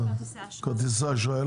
לגבי כרטיסי האשראי,